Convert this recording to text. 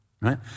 right